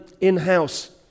in-house